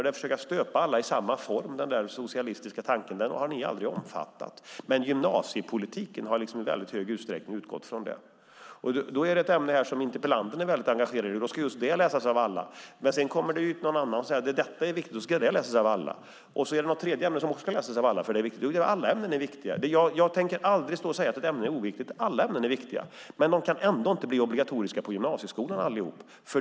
Den socialistiska tanken att stöpa alla i en form har ni aldrig omfattat. Gymnasiepolitiken har dock i stor utsträckning utgått från det. Här är ett ämne som interpellanten är engagerad i, och då ska det läsas av alla. Sedan kommer det någon annan som tycker något annat ämne är viktigt, och då ska det läsas av alla. Sedan kommer ett tredje ämne som ska läsas av alla, för det är viktigt. Alla ämnen är viktiga. Jag tänker aldrig säga att ett ämne är oviktigt. Alla ämnen kan dock inte bli obligatoriska på gymnasieskolan.